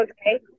Okay